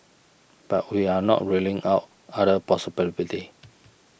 but we are not ruling out other possibilities